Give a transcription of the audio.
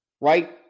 right